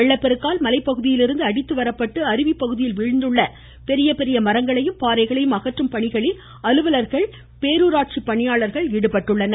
வெள்ளப்பெருக்கால் மலைப்பகுதியில் இருந்து அடித்து வரப்பட்டு அருவி பகுதியில் விழுந்துள்ள பெரிய பெரிய மரங்களையும் பாறைகளையம் அகற்றும் பணியில் அலுவலர்கள் பேருராட்சி பணியாளர்கள் ஈடுபட்டுள்ளனர்